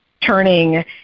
turning